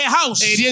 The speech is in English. house